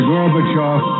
Gorbachev